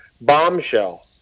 Bombshell